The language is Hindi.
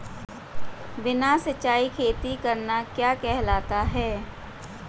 बिना सिंचाई खेती करना क्या कहलाता है?